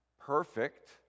perfect